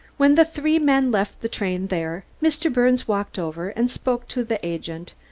when the three men left the train there, mr. birnes walked over and spoke to the agent,